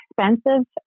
expensive